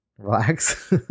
relax